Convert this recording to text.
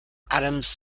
adams